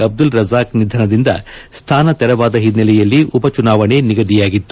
ಅಬ್ದುಲ್ ರಝಾಕ್ ನಿಧನದಿಂದ ಸ್ಥಾನ ತೆರವಾದ ಹಿನ್ನೆಲೆಯಲ್ಲಿ ಉಪಚುನಾವಣೆ ನಿಗದಿಯಾಗಿತ್ತು